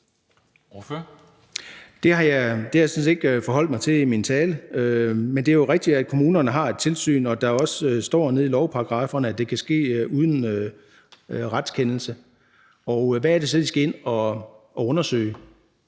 jeg sådan set ikke forholdt mig til i min tale, men det er jo rigtigt, at kommunerne har et tilsyn, og at der også står nede i lovparagrafferne, at det kan ske uden retskendelse. Hvad er det så, de skal ind at undersøge?